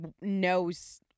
knows